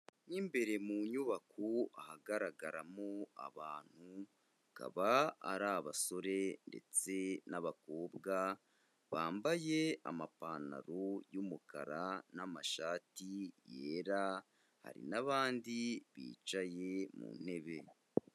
Mo imbere mu nyubako ahagaragaramo abantu, bakaba ari abasore ndetse n'abakobwa, bambaye amapantaro y'umukara n'amashati yera, hari n'abandi bicaye mu ntebe.